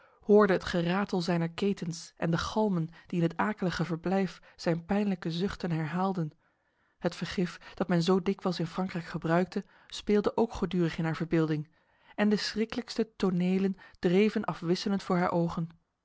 hoorde het geratel zijner ketens en de galmen die in het akelige verblijf zijn pijnlijke zuchten herhaalden het vergif dat men zo dikwijls in frankrijk gebruikte speelde ook gedurig in haar verbeelding en de schriklijkste tonelen dreven afwisselend voor haar ogen